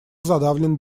задавлен